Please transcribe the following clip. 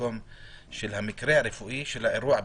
במקום המקרה הרפואי - של האירוע הביטוחי.